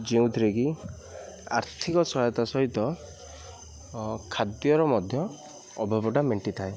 ଯେଉଁଥିରେ କି ଆର୍ଥିକ ସହାୟତା ସହିତ ଖାଦ୍ୟର ମଧ୍ୟ ଅଭାବଟା ମେଣ୍ଟି ଥାଏ